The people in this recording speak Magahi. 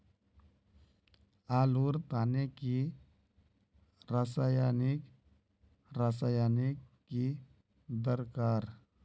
आलूर तने की रासायनिक रासायनिक की दरकार?